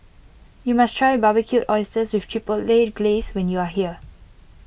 you must try Barbecued Oysters with Chipotle Glaze when you are here